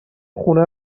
خونه